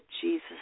Jesus